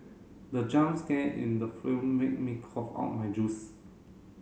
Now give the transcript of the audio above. the jump scare in the film made me cough out my juice